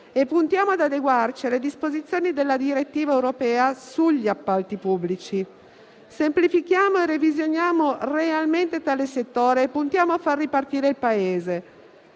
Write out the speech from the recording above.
e puntiamo ad adeguarci alle disposizioni della direttiva europea sugli appalti pubblici; semplifichiamo e revisioniamo realmente tale settore e puntiamo a far ripartire il Paese.